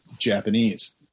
Japanese